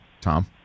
Tom